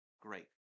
Great